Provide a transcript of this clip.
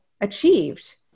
achieved